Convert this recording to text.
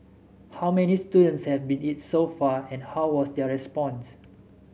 how many students have seen it so far and how was their response